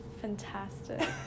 fantastic